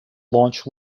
launch